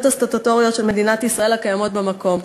הסטטוטוריות של מדינת ישראל הקיימות במקום.